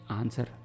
answer